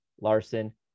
Larson